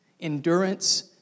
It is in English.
Endurance